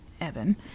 evan